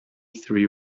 three